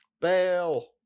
bail